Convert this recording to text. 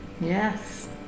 Yes